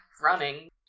running